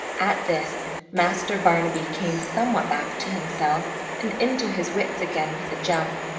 at this master barnaby came somewhat back to himself and into his wits again with a jump.